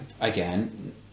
again